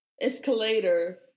escalator